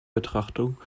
betrachtung